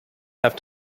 have